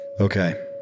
Okay